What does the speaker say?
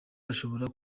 ashobora